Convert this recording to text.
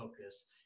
focus